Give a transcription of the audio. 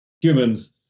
humans